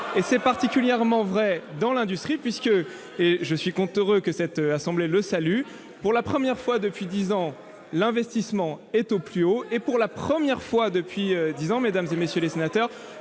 C'est particulièrement vrai dans l'industrie, puisque- je suis heureux que votre assemblée le salue -, pour la première fois depuis dix ans, l'investissement est au plus haut et, pour la première fois depuis dix ans, mesdames, messieurs les sénateurs,